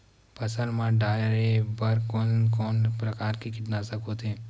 फसल मा डारेबर कोन कौन प्रकार के कीटनाशक होथे?